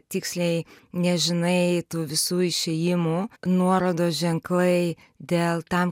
tiksliai nežinai tų visų išėjimų nuorodos ženklai dėl tam